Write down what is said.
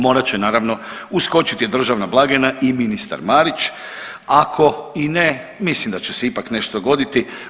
Morat će naravno uskočiti državna blagajna i ministar Marić, ako i ne mislim da će se ipak nešto dogoditi.